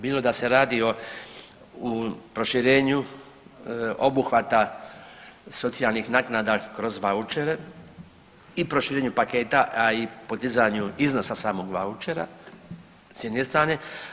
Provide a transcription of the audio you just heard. Bilo da se radi o proširenju obuhvata socijalnih naknada kroz vaučere i proširenju paketa, a i podizanju iznosa samog vaučera s jedne strane.